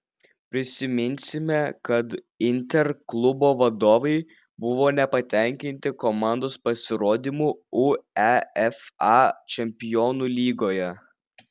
priminsime kad inter klubo vadovai buvo nepatenkinti komandos pasirodymu uefa čempionų lygoje